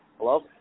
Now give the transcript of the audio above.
Hello